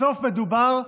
בסוף מדובר במחאה,